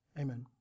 Amen